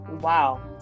wow